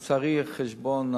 לצערי, על חשבון